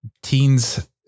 teens